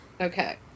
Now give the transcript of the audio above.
Okay